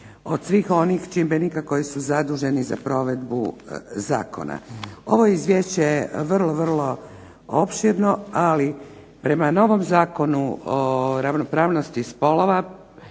od svih onih čimbenika koji su zaduženi za provedbu zakona. Ovo izvješće je vrlo, vrlo opširno, ali prema novom Zakonu o ravnopravnosti spolova